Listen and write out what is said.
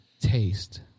taste